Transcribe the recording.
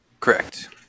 Correct